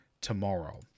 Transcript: tomorrow